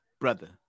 brother